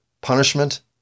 punishment